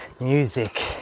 music